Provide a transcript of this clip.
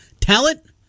talent